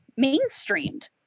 mainstreamed